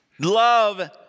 Love